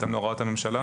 בהתאם להוראות הממשלה.